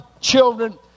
children